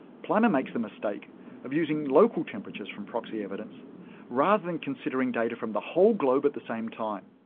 plimer makes the mistake of using local temperatures from proxy evidence rather than considering data from the whole globe at the same time.